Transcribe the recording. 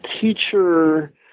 teacher